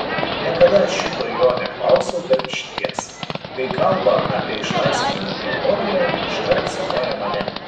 niekada šito jo neklausiau bet išties kai kalba apie išlaisvinimo teologiją iškart cituoja mane